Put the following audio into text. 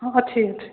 ହଁ ଅଛି ଏଠି